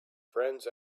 friends